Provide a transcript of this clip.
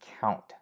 count